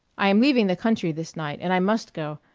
i am leaving the country this night, and i must go.